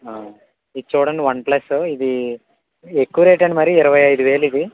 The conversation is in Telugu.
ఇది చూడండి వన్ ప్లస్సు ఇది ఎక్కువ రేటండి మరి ఇరవై ఐదు వేలిది